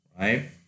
right